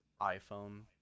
iPhone